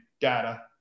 data